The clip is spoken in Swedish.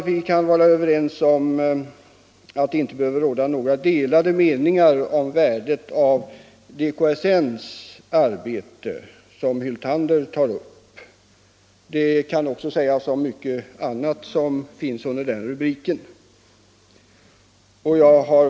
Det råder säkerligen inga delade meningar om värdet av DKSN:s arbete, som herr Hyltander särskilt har behandlat i sin motion. Detsamma kan sägas om mycket annat under denna rubrik.